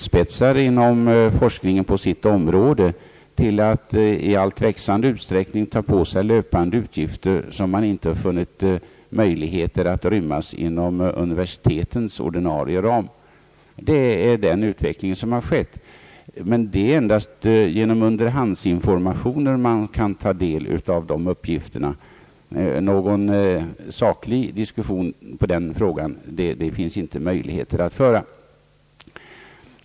forskningspolitiken spetsar inom forskningen på sitt område till att i växande utsträckning ta på sig löpande utgifter, som man inte funnit möjligheter att rymma inom universitetens ordinarie ram. Det är den utveckling som har skett. Men det är endast genom underhandsinformationer man kan ta del av dessa uppgifter. Någon saklig diskussion i denna fråga finns det inte möjligheter att föra.